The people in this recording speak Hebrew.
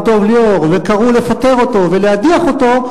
דב ליאור וקראו לפטר אותו ולהדיח אותו,